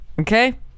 okay